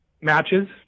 matches